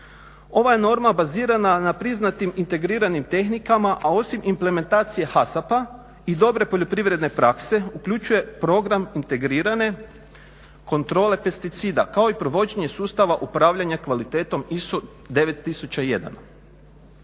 Ova je norma bazirana na priznatim, integriranim tehnikama a osim implementacije HASAP-a i dobre poljoprivredne prakse uključuje program integrirane kontrole pesticida, kao i provođenje sustava upravljanja kvalitetom ISO 9001.